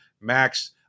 Max